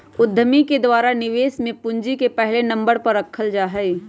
उद्यमि के द्वारा निवेश में पूंजी के पहले नम्बर पर रखल जा हई